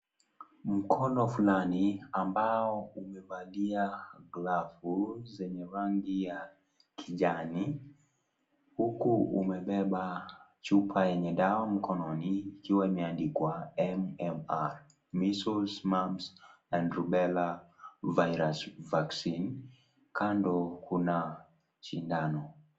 mkono fulani ambao imevalia glavu ya rangi huku umebeba chupa yenye dawa mkononi ikiwa imeandikwa MMR 'measules and rubela vaccine' kando kuna shindano.